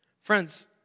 Friends